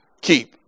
keep